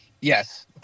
Yes